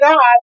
God